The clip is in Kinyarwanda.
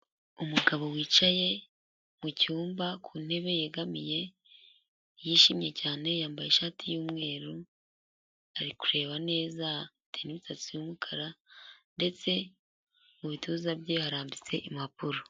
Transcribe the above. Umugabo wicaye mu cyumba ku ntebe yegamiye yishimye cyane, yambaye ishati y'umweru ari kureba neza, afite n'imisatsi y'umukara ndetse mu bituza bye harambitse impapuro.